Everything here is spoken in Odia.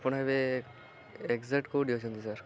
ଆପଣ ଏବେ ଏକ୍ଜାକ୍ଟ କେଉଁଠି ଅଛନ୍ତି ସାର୍